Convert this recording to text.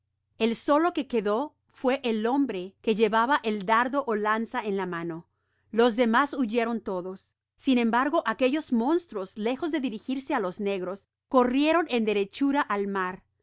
el solo que quedó fué el hombre que llevaba el dardo ó lanza en la mano los demas huyeron todos sin embargo aquellos monstruos lejos de dirigirse á los negros corrieron en derechura al mar se